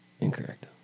Incorrect